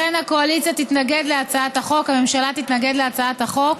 לכן הקואליציה תתנגד להצעת החוק והממשלה תתנגד להצעת החוק.